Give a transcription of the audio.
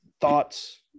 thoughts